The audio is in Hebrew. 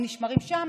הם נשמרים שם,